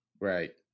Right